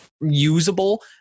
usable